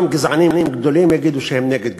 גם גזענים גדולים יגידו שהם נגד גזענות.